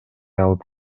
алып